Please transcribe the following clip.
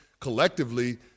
collectively